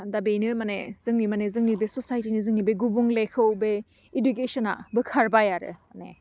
दा बेनो माने जोंनि माने जोंनि बे ससाइटिनि जोंनि बे गुबुंलेखौ बे इडुकेसना बोखारबाय आरो